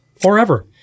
Forever